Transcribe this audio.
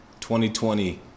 2020